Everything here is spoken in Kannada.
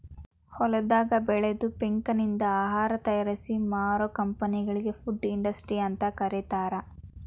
ಹೊಲದಾಗ ಬೆಳದ ಪೇಕನಿಂದ ಆಹಾರ ತಯಾರಿಸಿ ಮಾರೋ ಕಂಪೆನಿಗಳಿ ಫುಡ್ ಇಂಡಸ್ಟ್ರಿ ಅಂತ ಕರೇತಾರ